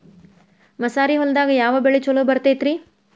ಮಸಾರಿ ಹೊಲದಾಗ ಯಾವ ಬೆಳಿ ಛಲೋ ಬರತೈತ್ರೇ?